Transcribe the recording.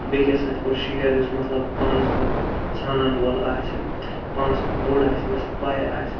تہٕ بیٚکِس سۭتۍ کُس چھِ یورٕ یُس مطلب پانَس کھۄتہٕ زانَن وول آسہِ پانَس کھۄتہٕ بوٚڑ آسہِ ییٚمِس پاے آسہِ